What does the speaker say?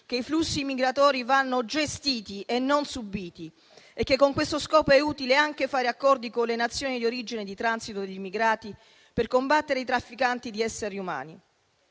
che i flussi migratori vanno gestiti e non subiti e che con questo scopo è utile anche fare accordi con le Nazioni di origine e di transito degli immigrati per combattere i trafficanti di esseri umani.